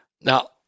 Now